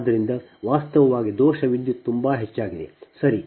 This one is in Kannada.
ಆದ್ದರಿಂದ ವಾಸ್ತವವಾಗಿ ದೋಷ ವಿದ್ಯುತ್ ತುಂಬಾ ಹೆಚ್ಚಾಗಿದೆ ಸರಿ